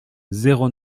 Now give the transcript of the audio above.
zéro